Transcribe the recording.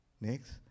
Next